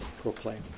proclaim